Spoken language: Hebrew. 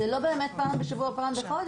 זה לא באמת פעם בשבוע או פעם בחודש.